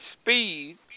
speed